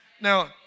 Now